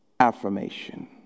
affirmation